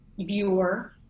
viewer